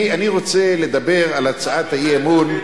אני רוצה לדבר על הצעת האי-אמון,